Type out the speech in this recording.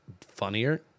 funnier